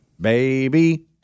baby